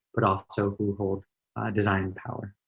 but also so who hold design power.